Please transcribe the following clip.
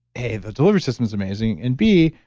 a, the delivery system is amazing, and b,